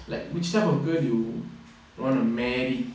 like which type of girl you want to marry